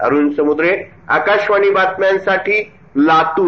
अरुण समुद्रे आकाशवाणी बातम्यांसाठी लातूर